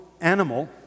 animal